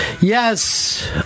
Yes